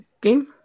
game